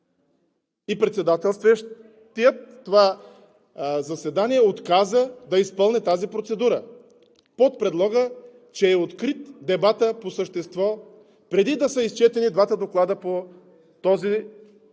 и председателстващият това заседание отказа да изпълни тази процедура под предлога, че е открит дебатът по същество преди да са изчетени двата доклада по този закон,